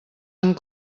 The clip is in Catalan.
amb